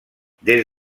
des